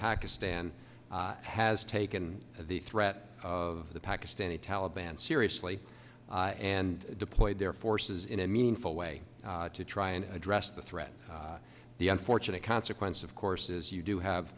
pakistan has taken the threat of the pakistani taliban seriously and deployed their forces in a meaningful way to try and address the threat the unfortunate consequence of course is you do have